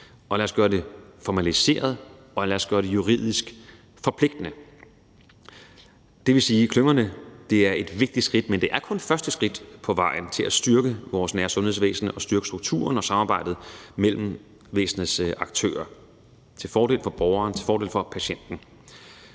og lad os gøre det formaliseret, og lad os gøre det juridisk forpligtende. Det vil sige, at klyngerne er et vigtigt skridt, men det er kun første skridt på vejen til at styrke vores nære sundhedsvæsen og styrke strukturerne og samarbejdet mellem væsenets aktører til fordel for borgeren, til fordel for patienten.